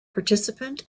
participant